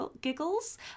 Giggles